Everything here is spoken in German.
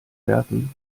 werfen